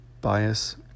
bias